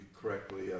correctly